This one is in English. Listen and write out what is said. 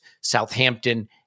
Southampton